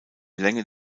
länge